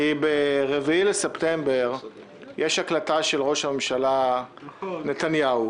ב-4.9 יש הקלטה של ראש הממשלה נתניהו.